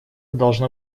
должно